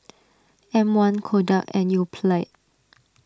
M one Kodak and Yoplait